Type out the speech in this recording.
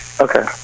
okay